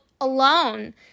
alone